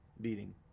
beating